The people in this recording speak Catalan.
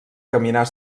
caminar